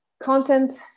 content